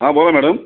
हां बोला मॅडम